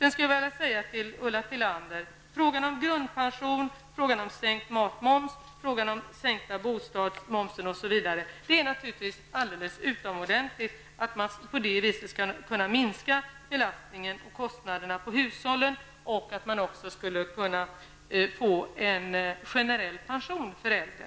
När det gäller frågan om grundpension, sänkt matmoms, sänkt moms på bostäder osv. vill jag till Ulla Tillander säga att det naturligtvis är alldeles utomordentligt att man på detta vis skall kunna minska belastningen på och kostnaderna för hushållen, och man skulle också kunna införa en generell pension för äldre.